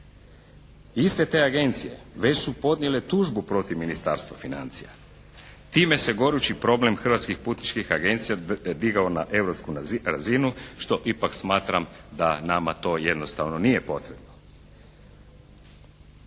Iste te agencije već su podnijele tužbu protiv Ministarstva financija. Time se gorući problem hrvatskih putničkih agencija digao na europsku razinu što ipak smatram da nama to jednostavno nije potrebno.